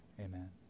amen